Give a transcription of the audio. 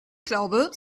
glaube